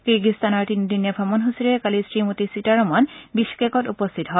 কিৰিগিজস্তানৰ তিনিদিনীয়া ভ্ৰমণসূচীৰে কালি শ্ৰীমতী সীতাৰামন বিশকেকত উপস্থিত হয়